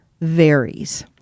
varies